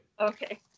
Okay